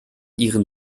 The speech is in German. ihren